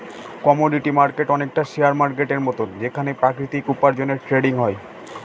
commodity market অনেকটা share মার্কেটের মতন যেখানে প্রাকৃতিক উপার্জনের ট্রেডিং হয়